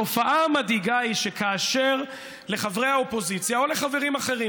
התופעה המדאיגה היא שכאשר לחברי האופוזיציה או לחברים אחרים,